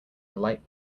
light